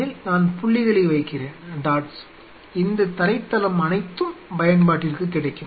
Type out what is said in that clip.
அதில் நான் புள்ளிகளை வைக்கிறேன் இந்தத் தரைத்தளம் அனைத்தும் பயன்பாட்டிற்கு கிடைக்கும்